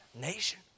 Nation